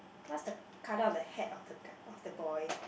what's the colour of the hat of the guy of the boy